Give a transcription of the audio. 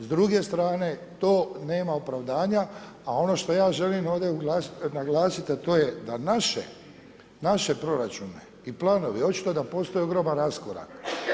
S druge strane to nema opravdanja, a ono što ja želim ovdje naglasiti a to je da naše proračune i planove, očito da postoji ogroman raskorak.